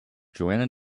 johanna